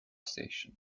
station